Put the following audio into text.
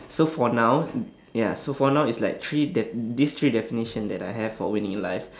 so for now ya so for now it's like three def~ these three definition that I have for winning in life